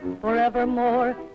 forevermore